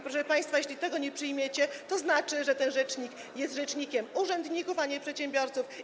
Proszę państwa, jeśli tego nie przyjmiecie, to znaczy, że ten rzecznik jest rzecznikiem urzędników, a nie przedsiębiorców.